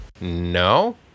No